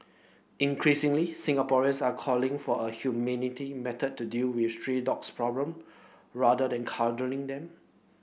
increasingly Singaporeans are calling for a humanity method to deal with stray dogs problem rather than culling them